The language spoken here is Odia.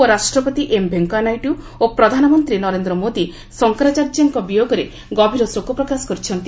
ଉପରାଷ୍ଟପତି ଏମ୍ ଭେଙ୍କିୟା ନାଇଡ଼ ଓ ପ୍ରଧାନମନ୍ତ୍ରୀ ନରେନ୍ଦ ମୋଦି ଶଙ୍କରାଚାର୍ଯ୍ୟଙ୍କ ବିୟୋଗରେ ଗଭୀର ଶୋକ ପ୍ରକାଶ କରିଛନ୍ତି